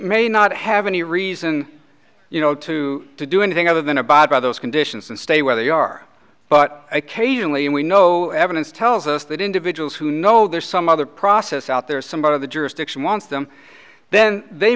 may not have any reason you know to do anything other than abide by those conditions and stay where they are but occasionally and we know evidence tells us that individuals who know there's some other process out there somebody of the jurisdiction wants them then they